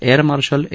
air marshal A